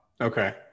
okay